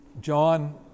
John